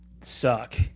suck